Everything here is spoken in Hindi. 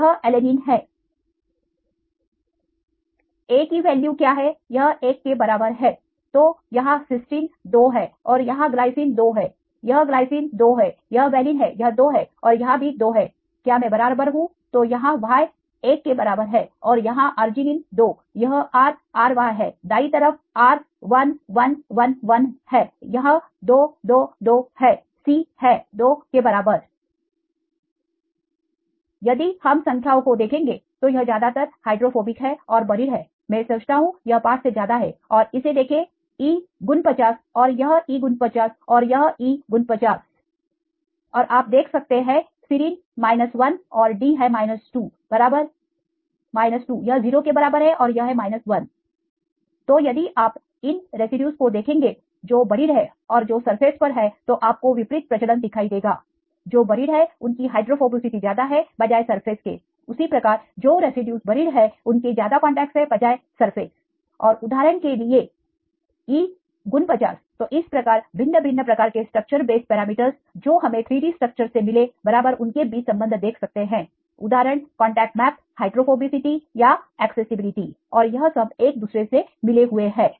यह यह Alanine है A की वैल्यू क्या है यह एक के बराबर है तो यहां Cysteine दो है और यहां Glycine दो है यह Glycine दो है यह Valine है यह दो है और यहां भी दो है क्या मैं बराबर हूं तो यहां Y 1 के बराबर है और यहां Arginine 2 यह R RY है दाई तरफ R l l l l हैं यह 2 2 2 2 है C है 2 के बराबर यदि हम संख्याओं को देखेंगे तो यह ज्यादातर हाइड्रोफोबिक है और बरीड है मैं सोचता हूं यह 5 से ज्यादा है और इसे देखे E49 और यहE49 और यह E49 around zero or this is 1 और आप देख सकते हैं Serine है 1 और D है 2 बराबर 2 यह 0 के बराबर है और यह है 1 तो यदि आप इन रेसिड्यूज को देखेंगे जो बरीड है और जो सरफेस पर है तो आपको विपरीत प्रचलन दिखाई देगा जो बरीड है उनकी हाइड्रोफोबिसिटी ज्यादा है बजाय सरफेस के उसी प्रकार जो रेसिड्यूज बरीड है उनके ज्यादा कांटेक्टस है बजाय सरफेस और उदाहरण के लिए E 49 तो इस प्रकार भिन्न भिन्न प्रकार के स्ट्रक्चर बेस पैरामीटरस जो हमे 3D स्ट्रक्चर से मिले बराबर उनके बीच संबंध देख सकते हैं उदाहरण कांटेक्ट मैप हाइड्रोफोबिसिटी या एक्सेसिबिलिटी और यह सब एक दूसरे से मिले हुए हैं